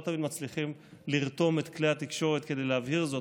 לא תמיד אנחנו מצליחים לרתום את כלי התקשורת כדי להבהיר זאת,